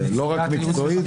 לא רק מקצועית,